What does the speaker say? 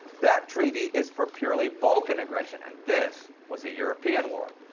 that treaty is for purely balkan aggression, and this was a european war.